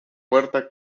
puerta